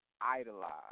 idolize